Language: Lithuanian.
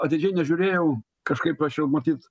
atidžiai nežiūrėjau kažkaip aš jau matyt